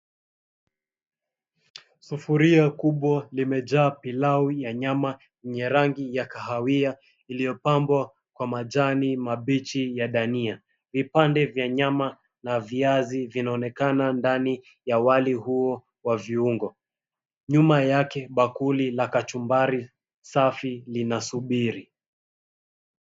Sufuria kubwa limejaa pilau ya nyama yenye rangi ya kahawia, iliyopambwa kwa majani mabichi ya dania vipande vya nyama na viazi vinaonekana ndani ya wali huo wa viungo. Nyuma yake bakuli la kachumbari, safi linasubiri.